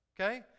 okay